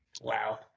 Wow